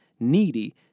needy